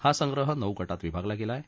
हा संग्रह नऊ गटात विभागला गेला आहे